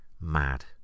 Mad